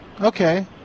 Okay